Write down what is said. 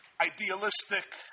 idealistic